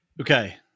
Okay